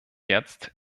jetzt